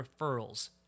referrals